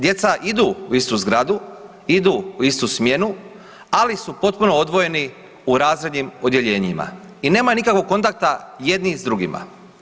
Djeca idu u istu zgradu, idu u istu smjenu, ali su potpuno odvojeni u razrednim odjeljenjima i nemaju nikakvog kontakta jedni s drugima.